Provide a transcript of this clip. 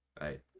right